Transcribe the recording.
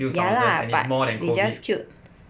ya lah but they just killed